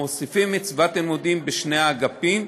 מוסיפים את סביבת הלימודים בשני האגפים,